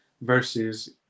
versus